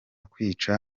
kwica